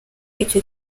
icyo